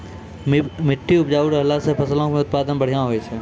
मट्टी उपजाऊ रहला से फसलो के उत्पादन बढ़िया होय छै